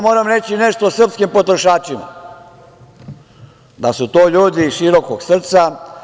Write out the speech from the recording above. Moram reći nešto o srpskim potrošačima - da su to ljudi širokog srca.